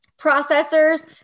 processors